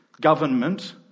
government